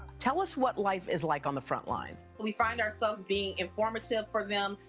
tell us what life is like on the front line. we find ourselves being informative for them,